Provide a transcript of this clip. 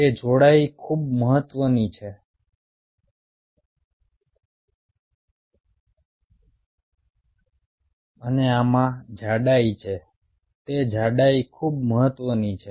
તે જાડાઈ ખૂબ મહત્વની છે હું આવીશ કે તે જાડાઈ કેમ મહત્વની છે